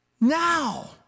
Now